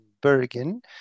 Bergen